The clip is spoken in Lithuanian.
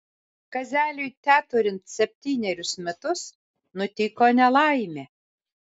kazeliui teturint septynerius metus nutiko nelaimė